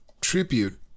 tribute